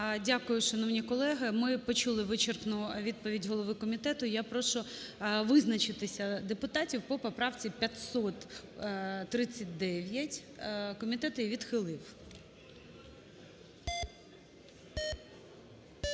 Дякую, шановні колеги. Ми почули вичерпну відповідь голови комітету. Я прошу визначитися депутатів по поправці 539. Комітет її відхилив.